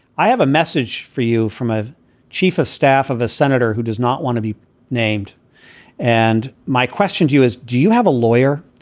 i have a message for you from a chief of staff of a senator who does not want to be named and my question to you is, do you have a lawyer?